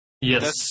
Yes